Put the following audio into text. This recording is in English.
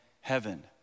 heaven